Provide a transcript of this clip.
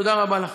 תודה רבה לכם.